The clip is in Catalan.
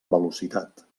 velocitat